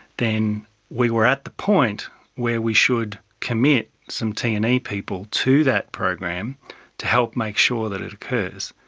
then we were at the point where we should commit some t and e people to that program to help make sure that it occurs.